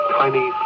tiny